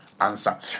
Answer